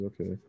Okay